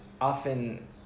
often